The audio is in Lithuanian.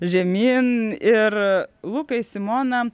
žemyn ir lukai simona